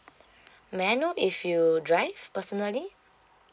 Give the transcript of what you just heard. may I know if you drive personally